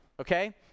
okay